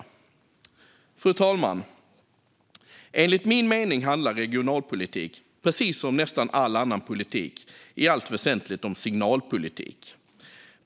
Fru talman! Enligt min mening handlar regionalpolitik, precis som nästan all annan politik, i allt väsentligt om signalpolitik.